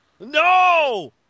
No